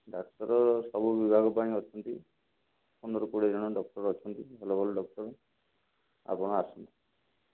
ଡାକ୍ତର ସବୁ ବିଭାଗ ପାଇଁ ଅଛନ୍ତି ପନ୍ଦର କୋଡ଼ିଏ ଜଣ ଡକ୍ଟର ଅଛନ୍ତି ଭଲ ଭଲ ଡକ୍ଟର ଆପଣ ଆସନ୍ତୁ